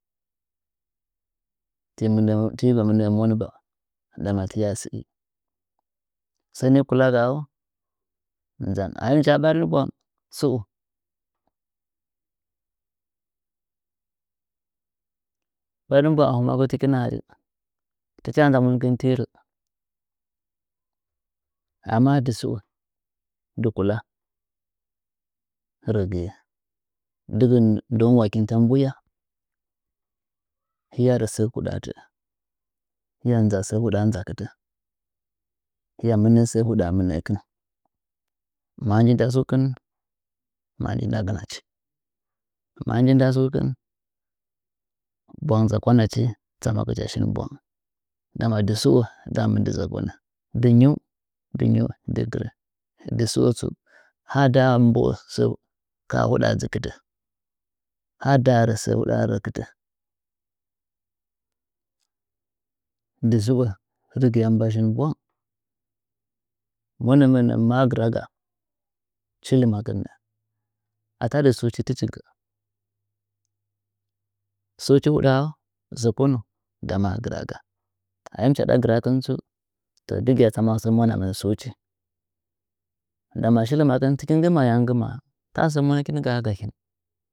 Tiba mɨnɚ monba ma tiya ste sɚ ni kulaga au nzan ahim jaa ɓarih bwang sɨu ɓarin ɓwang a hɨmwagu tikina re tɨcha nza monkɨn tirɚ amma dɨ sɨo dɨ kula regtye dɨgɨ ndoung wakinta mbu’ya hɨya rɚ sɚ huɗaa tɚɚ hɨya nza sɚ huɗaa tɚɚ hɨya nza sɚ huɗaa nzakɨtɚ hɨya mɨnɚɚ sɚ huɗaa mɨnɚkɨn ma ji nda suu kɨn ma nji nda gɨnach ma nji nda stukɨn ɓwang zakwanachi tsama gɨcha shin ɓwang ndam a dɨsɨo dzamɨn dɨ zɚkonɚ dɨ nyio dɨ nyiu dɨ gɨrɚ dɨsɨo tsu har ndaa mboo sɚ ka ha huɗaa dzɨkɨtɚ ha ndaa rɚ sɚ huɗaa rɚkɨtɚ dɨ sɨo dɨgɨya ba shin bwang monɚmɚnɚ ma gɨraga shi lɨmakɨn atadɨ stuchi tɨchi gɚ stuchi huɗaa a zoko nu ndama gɨraga ahim chaɗ gɨrakɨh tsu to dɨgɨya tsama sɚ mwanamɨn sɨuchi ndama shi lɨmakɨn tɨkɨn nggɨmɚ ayam nggɨmaa ta sɚ monɚkɨn gaa gakin.